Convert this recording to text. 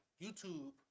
YouTube